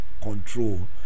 control